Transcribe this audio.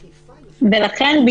לכן,